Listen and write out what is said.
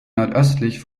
nordöstlich